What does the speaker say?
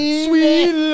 sweet